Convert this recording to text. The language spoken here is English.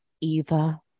Eva